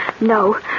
No